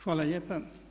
Hvala lijepa.